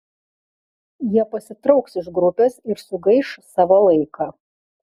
jie pasitrauks iš grupės ir sugaiš savo laiką